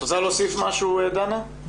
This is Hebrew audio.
את רוצה להוסיף משהו, דנה?